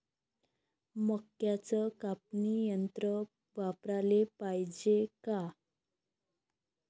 मक्क्याचं कापनी यंत्र वापराले पायजे का?